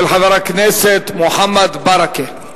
של חבר הכנסת מוחמד ברכה,